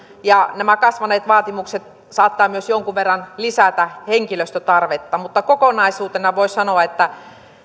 nämä kasvaneet vaatimukset saattavat myös jonkun verran lisätä henkilöstötarvetta mutta kokonaisuutena voi sanoa että